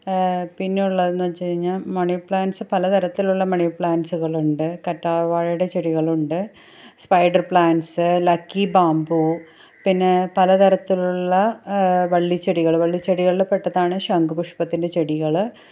പിന്നെയുള്ളതെന്ന് വച്ചു കഴിഞ്ഞാൽ money plants പലതരത്തിലുള്ള മണി പ്ലാൻ്റ്സുകളുണ്ട് കറ്റാർവാഴയുടെ ചെടികളുണ്ട് സ്പൈഡർ പ്ലാൻസ്സ് ലക്കീ ബാംബു പിന്നെ പലതരത്തിലുള്ള വള്ളിച്ചെടികൾ വള്ളിച്ചെടികളിൽ പെട്ടതാണ് ശങ്കുപുഷ്പത്തിന്റെ ചെടികൾ